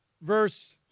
verse